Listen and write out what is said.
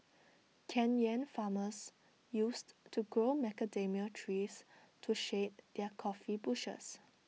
Kenyan farmers used to grow macadamia trees to shade their coffee bushes